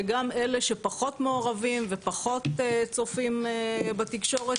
וגם אלה שפחות מעורבים ופחות צופים בתקשורת,